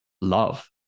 love